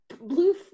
blue